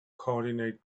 coordinate